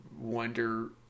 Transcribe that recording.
wonder